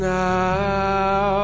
now